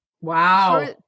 Wow